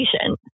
patient